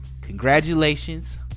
Congratulations